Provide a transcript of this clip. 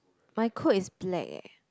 my coat is black eh